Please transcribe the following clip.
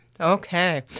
Okay